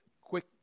quick